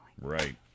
Right